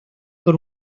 con